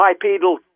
bipedal